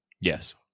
Yes